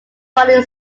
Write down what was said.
body